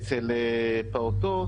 אצל פעוטות,